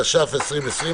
התש"ף-2020,